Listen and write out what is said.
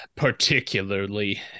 particularly